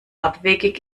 abwegig